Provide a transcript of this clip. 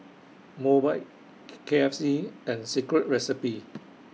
Mobike K F C and Secret Recipe